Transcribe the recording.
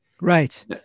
Right